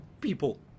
people